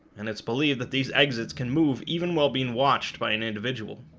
and it's believed that these exits can move even while being watched by an individual